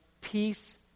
peace